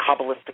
Kabbalistic